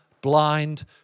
blind